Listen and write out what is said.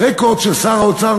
הרקורד של שר האוצר,